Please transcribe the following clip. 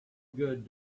good